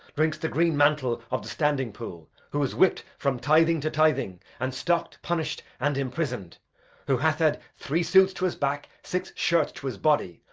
drinks the green mantle of the standing pool who is whipp'd from tithing to tithing, and stock-punish'd and imprison'd who hath had three suits to his back, six shirts to his body,